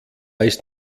ist